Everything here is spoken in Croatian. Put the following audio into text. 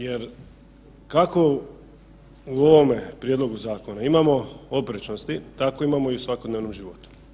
jer kako u ovome prijedlogu zakona imamo oprečnosti tako imamo i u svakodnevnom životu.